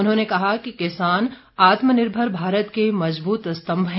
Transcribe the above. उन्होंने कहा कि किसान आत्मनिर्भर भारत के मजबूत स्तम्भ है